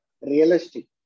realistic